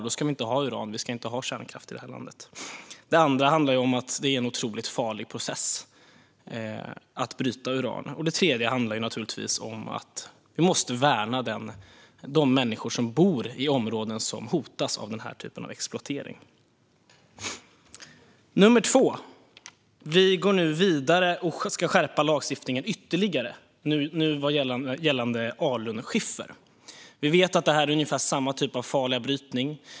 Då ska vi inte ha uran och kärnkraft. Att bryta uran är också en otroligt farlig process. Och vi måste värna de människor som bor i områden som hotas av den typen av exploatering. För det andra går vi nu vidare med att ytterligare skärpa lagstiftningen gällande alunskiffer. Vi vet att det är ungefär samma typ av farlig brytning.